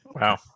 Wow